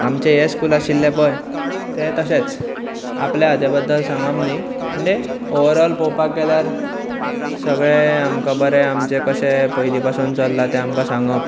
आमचे हे स्कूल आशिल्ले पळय ते तशेंच आपल्या हाच्या बद्दल सांगप न्ही म्हणजे ओवर ऑल पळोवपाक गेल्यार सगळें आमकां बरें आमचे कशें पयली पासून बरें चल्लां ते सांगप